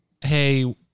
hey